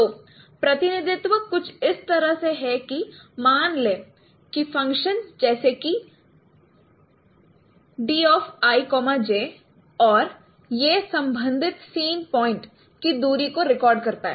तो प्रतिनिधित्व कुछ इस तरह से है कि मान लें कि फ़ंक्शन जैसे कि di j और यह संबंधित सीन पॉइंट की दूरी को रिकॉर्ड करता है